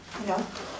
hello